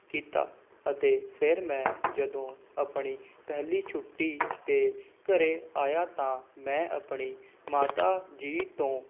ਕੀਤਾ ਅਤੇ ਫੇਰ ਮੈਂ ਜਦੋਂ ਆਪਣੀ ਪਹਿਲੀ ਛੁੱਟੀ 'ਤੇ ਘਰ ਆਇਆ ਤਾਂ ਮੈਂ ਆਪਣੀ ਮਾਤਾ ਜੀ ਤੋਂ